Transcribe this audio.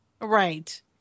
Right